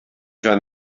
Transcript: joan